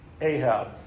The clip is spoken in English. Ahab